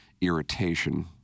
irritation